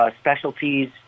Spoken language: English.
specialties